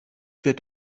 wird